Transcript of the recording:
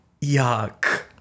Yuck